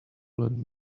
lend